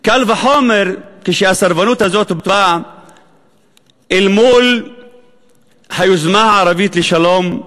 קל וחומר כשהסרבנות הזאת באה אל מול היוזמה הערבית לשלום,